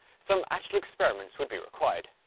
some actual experiments would be required.